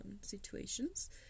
situations